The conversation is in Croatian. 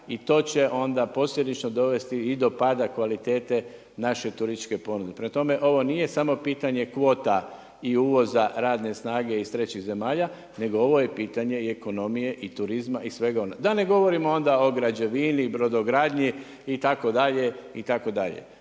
i to će onda posljedično dovesti i do pada kvalitete naše turističke ponude. Prema tome, ovo nije samo pitanje kvota i uvoza radne snage iz trećih zemalja nego ovo je pitanje ekonomije i turizma i svega onoga, da ne govorimo onda o građevini, brodogradnji itd.,